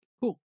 Cool